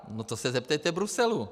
No to se zeptejte Bruselu.